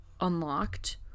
unlocked